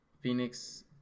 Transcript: Phoenix